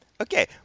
okay